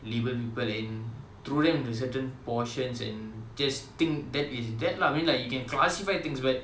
label people and throw them into certain portions and just think that is that lah I mean like you can classify things but